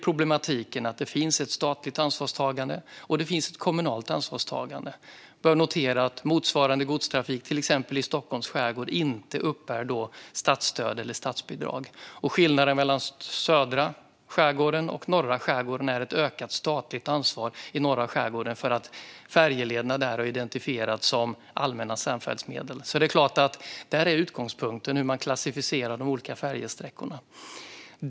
Problematiken är att det finns ett statligt ansvarstagande och ett kommunalt ansvarstagande. Det bör noteras att motsvarande godstrafik i till exempel Stockholms skärgård inte uppbär statsstöd eller statsbidrag. Skillnaden mellan södra skärgården och norra skärgården är ett ökat statligt ansvar i norra skärgården för att färjelederna där har identifierats som allmänna samfärdsmedel. Det är utgångspunkten för hur man klassificerar de olika färjesträckorna.